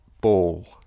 ball